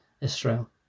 Israel